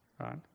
right